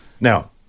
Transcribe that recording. now